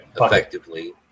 effectively